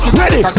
ready